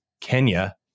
Kenya